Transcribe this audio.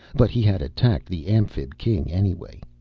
but he had attacked the amphib king anyway.